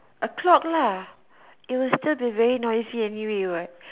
a clock lah it will be still be very noisy anyway what